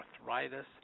arthritis